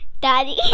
Daddy